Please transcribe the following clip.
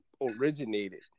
originated